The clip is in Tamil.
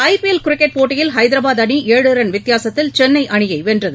ஐ பி எல் கிரிக்கெட் போட்டியில் ஐதரபாத் அணி ஏழு ரன் வித்தியாசத்தில் சென்னை அணியை வென்றது